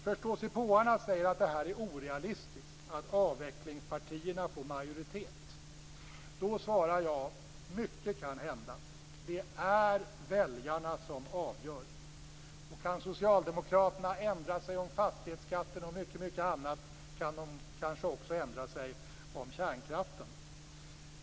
Förståsigpåarna säger att det här är orealistiskt och att avvecklingspartierna får majoritet. Då svarar jag: Mycket kan hända; det är väljarna som avgör. Och kan Socialdemokraterna ändra sig om fastighetsskatten och mycket annat kan de kanske också ändra sig om kärnkraften.